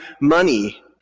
money